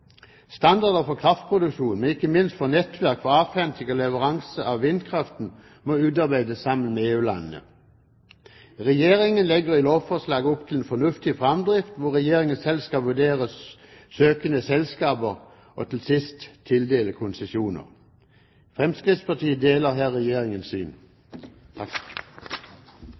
Standarder for kraftproduksjon, ikke minst for et nettverk for avhenting og leveranse av vindkraften, må utarbeides sammen med EU-landene. Regjeringen legger i lovforslaget opp til en fornuftig framdrift hvor Regjeringen selv skal vurdere søkende selskaper, og til sist tildele konsesjoner. Fremskrittspartiet deler her Regjeringens syn.